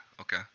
okay